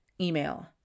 email